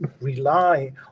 rely